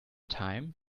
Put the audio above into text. time